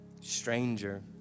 stranger